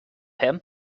him